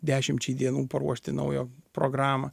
dešimčiai dienų paruošti naują programą